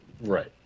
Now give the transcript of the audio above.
Right